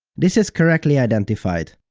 this is correctly identified.